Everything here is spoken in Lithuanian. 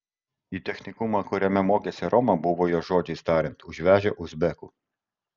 į technikumą kuriame mokėsi roma buvo jos žodžiais tariant užvežę uzbekų